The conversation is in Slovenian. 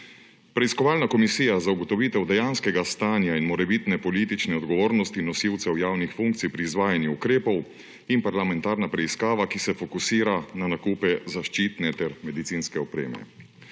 preiskovalna komisija za ugotovitev dejanskega stanja in morebitne politične odgovornosti nosilcev javnih funkcij pri izvajanju ukrepov in parlamentarna preiskava, ki se fokusira na nakupe zaščitne ter medicinske opreme.